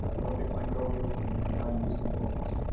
ah rubric microbial and combined use and molds.